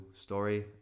story